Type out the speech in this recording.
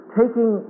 taking